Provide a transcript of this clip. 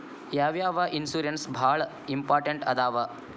ಯಾವ್ಯಾವ ಇನ್ಶೂರೆನ್ಸ್ ಬಾಳ ಇಂಪಾರ್ಟೆಂಟ್ ಅದಾವ?